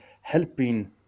helping